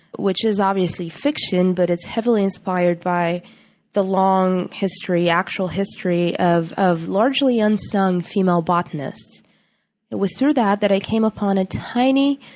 which is obviously fiction but it's heavily inspired by the long actual history of of largely unsung female botonists it was through that that i came upon a tiny,